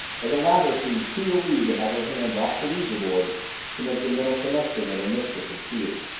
but the latter seemed too relieved to have her hands off the ouija-board to make the mental connection that her mistress had feared.